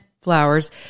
flowers